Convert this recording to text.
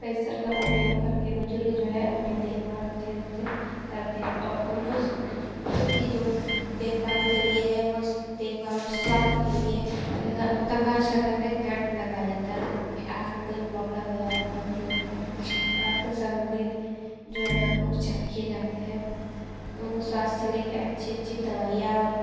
pension का उपयोग करके बुजुर्ग जो है अपनी देखभाल अच्छे रूप से करते है और उनको खुद की जो देखभाल के लिए है वो देखभाल और स्वास्थ्य के लिए जगह मतलब समय पे कैम्प लगवाया जाता है अगर उनके आँख में कोई प्रॉब्लम है यार तो रतौधी हो गया है तो आँख से सम्बंधित जो है वहाँ पे उपचार किए जाते हैं उनको स्वास्थ्य से ले के अच्छी अच्छी दवाइयाँ और